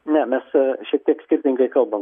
ne mes šiek tiek skirtingai kalbam